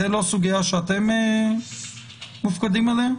זו לא סוגיה שאתם מופקדים עליה?